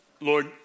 Lord